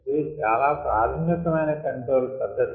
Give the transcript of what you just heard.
ఇది చాలా ప్రాథమికమైన కంట్రోల్ పధ్ధతి